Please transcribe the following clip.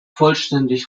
vollständig